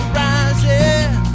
rising